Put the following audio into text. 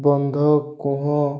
ବନ୍ଧ କୁହ